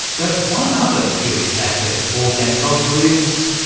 that one other curious aspect of board game culture is,